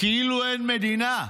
כאילו אין מדינה,